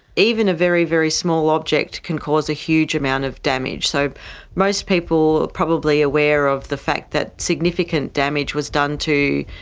even a very, very small object can cause a huge amount of damage. so most people are probably aware of the fact that significant damage was done to,